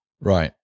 right